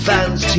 Fans